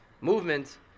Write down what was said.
movement